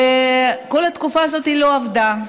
ובכל התקופה הזאת היא לא עבדה.